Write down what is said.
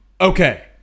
Okay